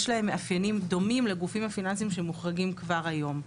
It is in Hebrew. יש להם מאפיינים דומים לגופים הפיננסים שמוחרגים כבר היום,